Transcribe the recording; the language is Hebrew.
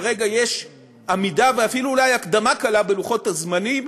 כרגע יש עמידה ואולי אפילו הקדמה קלה בלוחות הזמנים